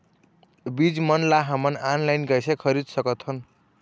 बीज मन ला हमन ऑनलाइन कइसे खरीद सकथन?